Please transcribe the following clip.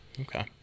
Okay